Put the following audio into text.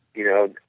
you know,